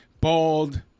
Bald